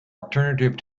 alternative